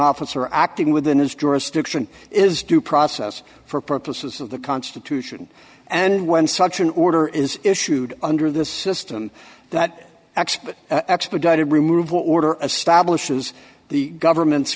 officer acting within his jurisdiction is due process for purposes of the constitution and when such an order is issued under this system that expedited removal order of stablish is the government's